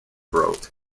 broad